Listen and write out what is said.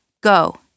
Go